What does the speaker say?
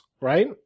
right